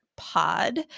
Pod